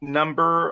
number